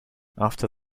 after